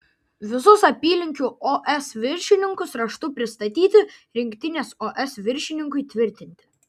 visus apylinkių os viršininkus raštu pristatyti rinktinės os viršininkui tvirtinti